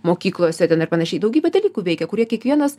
mokyklose ten ir panašiai daugybė dalykų veikia kurie kiekvienas